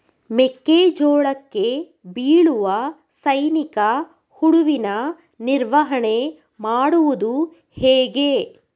ಮೆಕ್ಕೆ ಜೋಳಕ್ಕೆ ಬೀಳುವ ಸೈನಿಕ ಹುಳುವಿನ ನಿರ್ವಹಣೆ ಮಾಡುವುದು ಹೇಗೆ?